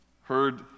heard